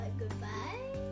goodbye